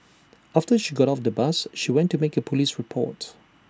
after she got off the bus she went to make A Police report